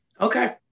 okay